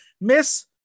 Miss